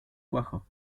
cuajo